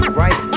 right